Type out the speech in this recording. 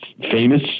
famous